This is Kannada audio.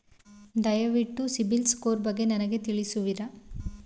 ದಯವಿಟ್ಟು ಸಿಬಿಲ್ ಸ್ಕೋರ್ ಬಗ್ಗೆ ನನಗೆ ತಿಳಿಸುವಿರಾ?